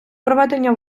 проведення